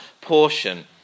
portion